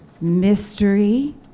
Mystery